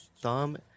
thumb